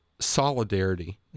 Solidarity